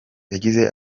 yagize